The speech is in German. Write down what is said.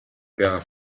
wäre